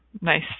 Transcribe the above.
nice